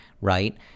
right